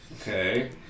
Okay